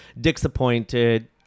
disappointed